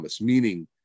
meaning